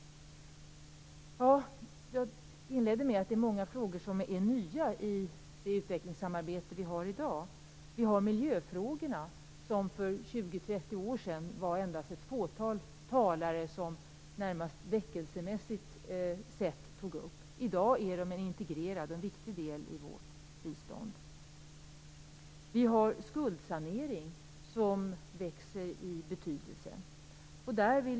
Jag inledde med att säga att det är många nya frågor i det utvecklingssamarbete som vi har i dag. Vi har miljöfrågorna. För 20-30 år sedan fanns det endast ett fåtal talare som tog upp dem på ett närmast väckelsemässigt sätt. I dag är de frågorna en integrerad och viktig del i vårt bistånd. Skuldsanering växer i betydelse.